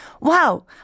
wow